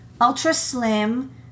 ultra-slim